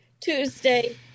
Tuesday